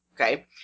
okay